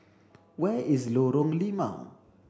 where is Lorong Limau